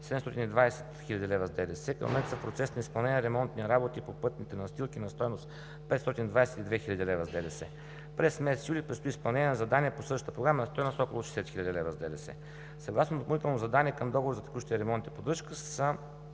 720 хил. лв. с ДДС. Към момента са в процес на изпълнение ремонтни работи по пътните настилки на стойност 522 хил. лв. с ДДС. През м. юли предстои изпълнение на задание по същата програма на стойност около 60 хил. лв. с ДДС. Съгласно допълнителното задание към договора за текущ ремонт и поддръжка са